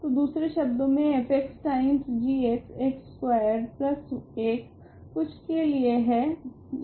तो दूसरे शब्दों में f times g x square 1 कुछ के लिए है